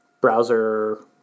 browser